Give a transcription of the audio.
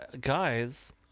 guys